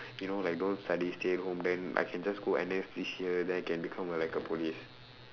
you know like don't study stay home then I can just go N_S this year then I can become uh like a police